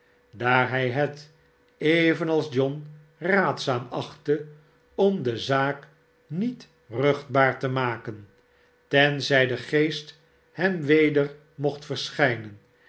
daar hij het evenals john raadzaam achtte om de zaak niet ruchtbaar te maken tenzij de geest hem weder mocht verschijnen